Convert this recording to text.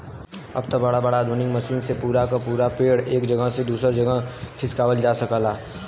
अब त बड़ा बड़ा आधुनिक मसीनन से पूरा क पूरा पेड़ एक जगह से दूसर जगह खिसकावत जा सकला